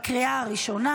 לקריאה ראשונה.